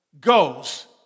goes